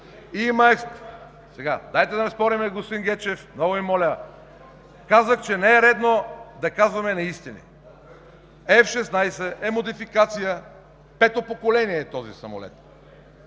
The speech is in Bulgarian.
Румен Гечев.) Дайте да не спорим, господин Гечев, много Ви моля! Казах, че не е редно да казваме неистини. F-16 е модификация… Пето поколение е този самолет.